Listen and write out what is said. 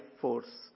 force